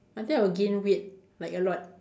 I think I will gain weight like a lot